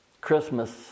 Christmas